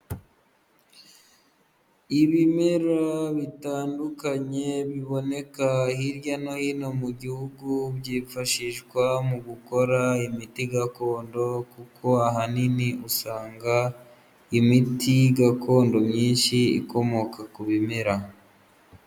Ibimera bitandukanye biboneka hirya no hino mu gihugu byifashishwa mu gukora imiti gakondo kuko ahanini usanga imiti gakondo myinshi ikomoka ku bimera.